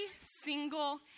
single